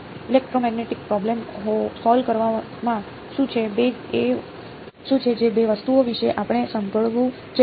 electromagnetic problem solve કરવામાં શું છે જે બે વસ્તુઓ વિશે આપણે સાંભળ્યું છે